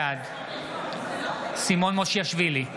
בעד סימון מושיאשוילי,